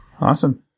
Awesome